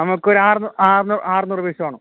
നമുക്കൊരു ആറ് ആറുന്നു ആറുന്നൂറ് പീസ് വേണം